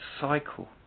cycle